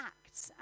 Acts